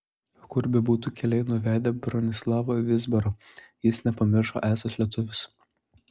kur bebūtų keliai nuvedę bronislavą vizbarą jis nepamiršo esąs lietuvis